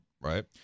Right